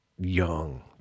young